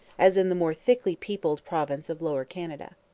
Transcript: as in the more thickly peopled province of lower canada.